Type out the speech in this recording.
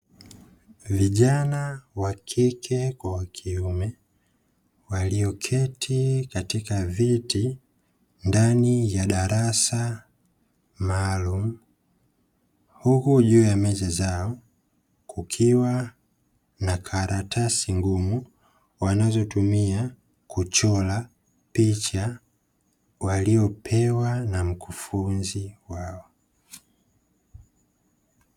Vijana wakike na wakiume walioketi katika viti ndani ya darasa maalumu huku juu ya meza zao kukiwa na karatasi ngumu wanazotumia kuchora picha waliyopewa na mkufunzi wao.